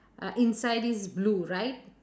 uh inside is blue right